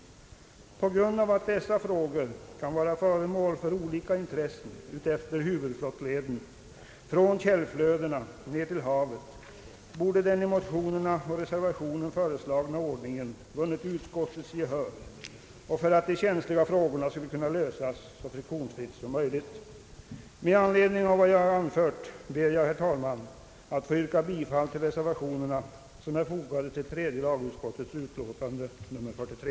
På grund av att dessa frågor kan vara föremål för olika intressen utefter huvudflottleden från källflödena ned till havet borde den i motionerna och reservationen föreslagna ordningen ha vunnit utskottets gehör, för att de känsliga frågorna skulle kunna lösas så friktionsfritt som möjligt. Med anledning av vad jag har anfört ber jag, herr talman, att få yrka bifall till de reservationer som är fogade till tredje lagutskottets utlåtande nr 43.